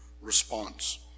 response